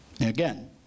again